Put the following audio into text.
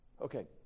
Okay